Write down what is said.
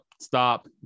stop